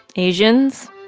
asians?